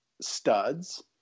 studs